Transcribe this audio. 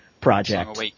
project